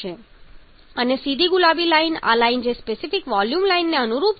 અને સીધી ગુલાબી લાઈન આ લાઈન જે સ્પેસિફિક વોલ્યુમ લાઈનને અનુરૂપ છે